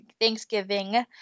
Thanksgiving